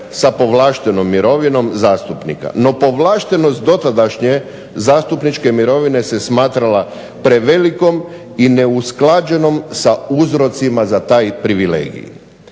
sa povlaštenom mirovinom zastupnika. No, povlaštenost dotadašnje zastupničke mirovine se smatrala prevelikom i neusklađenom sa uzrocima za taj privilegij.